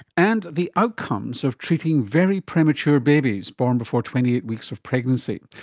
and the outcomes of treating very premature babies born before twenty eight weeks of pregnancy,